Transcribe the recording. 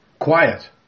Quiet